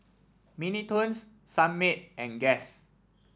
Mini Toons Sunmaid and Guess